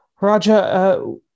raja